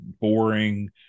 boring